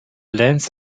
lens